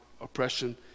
oppression